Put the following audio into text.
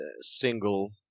single